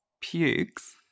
pukes